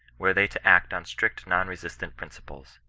were they to act on strict non-resist ant principles.